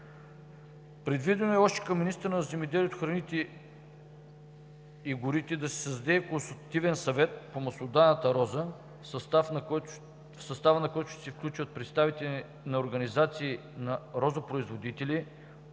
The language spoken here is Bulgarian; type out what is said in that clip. Предвидено е още към министъра на земеделието, храните и горите да се създаде Консултативен съвет по маслодайната роза, в състава на който ще се включат представители на организации на розопроизводители,